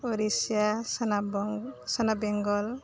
अरिशा सोनाब बेंगल